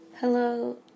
Hello